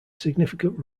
significant